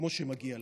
כמו שמגיע להם.